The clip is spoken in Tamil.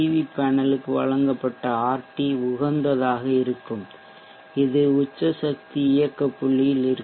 வி பேனலுக்கு வழங்கப்பட்ட ஆர்டி உகந்ததாக இருக்கும் இது உச்ச சக்தி இயக்க புள்ளியில் இருக்கும்